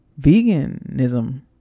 veganism